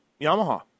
Yamaha